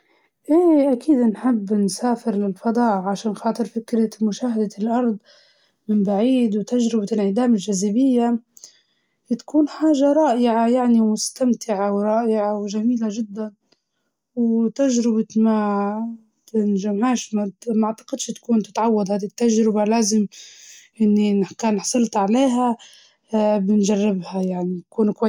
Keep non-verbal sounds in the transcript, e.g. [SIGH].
[HESITATION] ظني إني بنسافر، الفكرة مغرية بس نخاف من الأماكن الضيقة، والبعيدة ، نفضل نشوف صورة صور الفضاء، وأنا قاعدة في الأرض